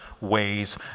ways